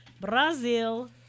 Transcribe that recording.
Brazil